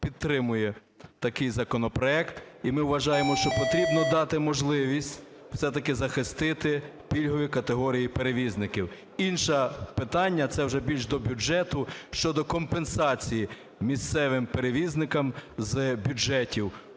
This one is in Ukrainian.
підтримує такий законопроект, і ми вважаємо, що потрібно дати можливість все-таки захистити пільгові категорії перевізників. Інше питання, це вже більш до бюджету, щодо компенсації місцевим перевізникам з бюджетів,